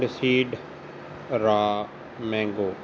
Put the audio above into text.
ਮਸੀਡ raw mango